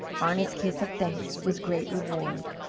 arna's kiss of thanks was great reward.